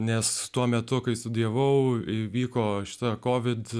nes tuo metu kai studijavau įvyko šita covid